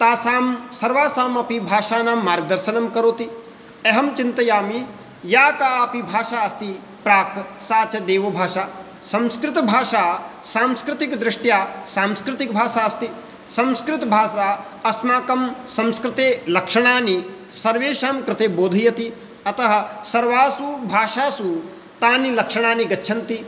तासां सर्वासामपि भाषाणां मार्गदर्शनं करोति अहं चिन्तयामि या कापि भाषा अस्ति प्राक् सा च देवभाषा संस्कृतभाषा सांस्कृतिकदृष्ट्या सांस्कृतिकभाषा अस्ति संस्कृतभाषा अस्माकं संस्कृते लक्षणानि सर्वेषां कृते बोधयति अतः सर्वासु भाषासु तानि लक्षणानि गच्छन्ति